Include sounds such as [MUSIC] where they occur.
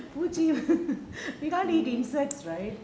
[LAUGHS] பூச்சி:poochi